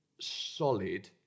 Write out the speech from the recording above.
solid